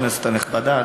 כנסת נכבדה,